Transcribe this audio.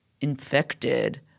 infected